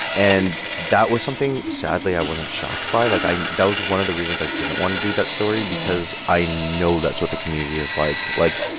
and that was something, sadly, i wasn't shocked by. like, i that was one of the reasons i didn't want to do that story. yeah. because i know that's what the community is like. like,